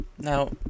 Now